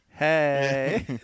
Hey